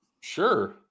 Sure